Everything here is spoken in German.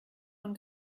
von